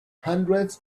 hundreds